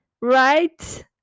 right